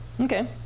Okay